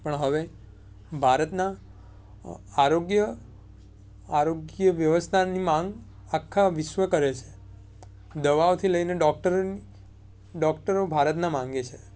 પણ હવે ભારતના આરોગ્ય આરોગ્ય વ્યવસ્થાની માગ આખા વિશ્વ કરે છે દવાઓથી લઈને ડૉક્ટર ડોકટરો ભારતના માગે છે